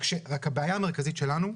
רק הבעיה המרכזית שלנו,